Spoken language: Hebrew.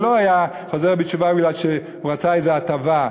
הוא לא היה חוזר בתשובה מפני שהוא רצה איזו הטבה,